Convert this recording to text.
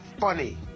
funny